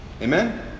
Amen